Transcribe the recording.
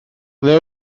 ble